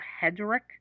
Hedrick